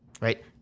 right